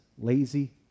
lazy